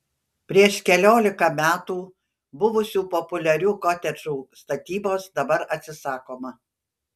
prieš keliolika metų buvusių populiarių kotedžų statybos dabar atsisakoma